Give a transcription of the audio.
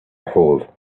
hole